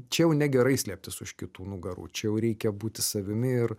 čia jau negerai slėptis už kitų nugarų čia jau reikia būti savimi ir